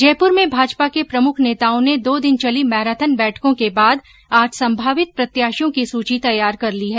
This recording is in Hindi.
जयपुर में भाजपा के प्रमुख नेताओं ने दो दिन चली मैराथन बैठकों के बाद आज संभावित प्रत्याशियों की सूची तैयार ेकर ली है